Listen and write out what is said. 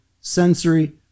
Sensory